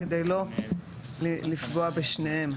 כדי לא לפגוע בשניהם.